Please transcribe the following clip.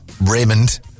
Raymond